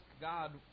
God